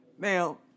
Now